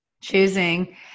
Choosing